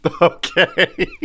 Okay